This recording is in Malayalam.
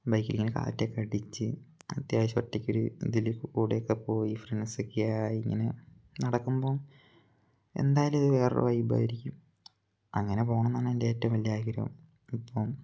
ബൈക്കിങ്ങിനെ കാറ്റൊക്കെ അടിച്ച് അത്യാവശ്യം ഒറ്റയ്ക്ക് ഒരു ഇതിൽ കൂടെയൊക്കെ പോയി ഫ്രണ്ട്സക്കെയായി ഇങ്ങനെ നടക്കുമ്പം എന്തായാലും ഇത് വേറൊരു വൈബായിരിക്കും അങ്ങനെ പോകണം എന്നാണ് എൻ്റെ ഏറ്റവും വലിയ ആഗ്രഹം അപ്പം